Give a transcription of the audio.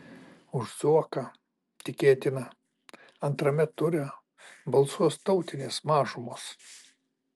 už zuoką tikėtina antrame ture balsuos tautinės mažumos